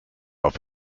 auf